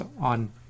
on